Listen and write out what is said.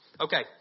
Okay